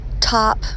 top